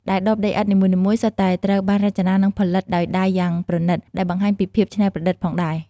ដែលដបដីឥដ្ឋនីមួយៗសុទ្ធតែត្រូវបានរចនា និងផលិតដោយដៃយ៉ាងប្រណិត ដែលបង្ហាញពីភាពច្នៃប្រឌិតផងដែរ។